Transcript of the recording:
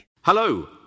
Hello